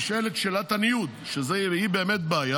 נשאלת שאלת הניוד, שהיא באמת בעיה.